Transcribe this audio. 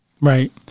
Right